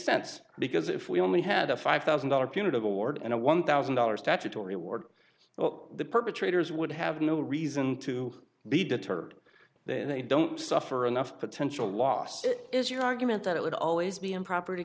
sense because if we only had a five thousand dollar punitive award and a one thousand dollars to tory ward well the perpetrators would have no reason to be deterred they don't suffer enough potential loss is your argument that it would always be improper